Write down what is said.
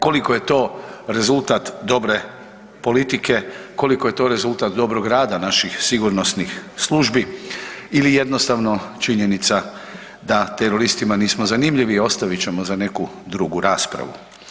Koliko je to rezultat dobre politike, koliko je to rezultat dobrog rada naših sigurnosnih službi ili jednostavno činjenica da teroristima nismo zanimljivi, ostavit ćemo za neku drugu raspravu.